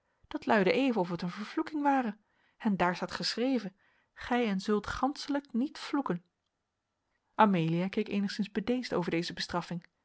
dat luidde even of het een vervloeking ware en daar staat geschreven gij en zult ganschelijk niet vloeken amelia keek eenigszins bedeesd over deze bestraffing